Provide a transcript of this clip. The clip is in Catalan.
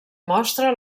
mostra